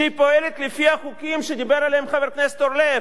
שפועלת לפי חוקים שדיבר עליהם חבר הכנסת אורלב,